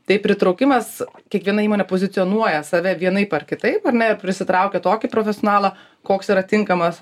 tai pritraukimas kiekviena įmonė pozicionuoja save vienaip ar kitaip ar ne ir prisitraukia tokį profesionalą koks yra tinkamas